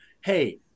hey